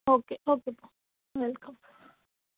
okay ஓகேபா welcome